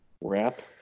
wrap